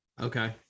okay